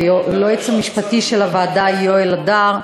ליועץ המשפטי של הוועדה יואל הדר,